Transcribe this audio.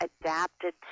adapted